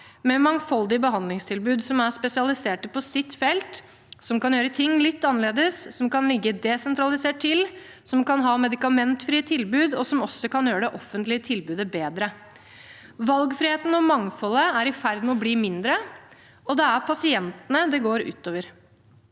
et mangfoldig behandlingstilbud – som er spesialisert på sitt felt, som kan gjøre ting litt annerledes, som kan ligge desentralisert til, som kan ha medikamentfritt tilbud, og som også kan gjøre det offentlige tilbudet bedre. Valgfriheten og mangfoldet er i ferd med å bli mindre, og det er pasientene det går ut over.